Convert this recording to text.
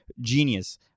Genius